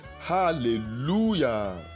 Hallelujah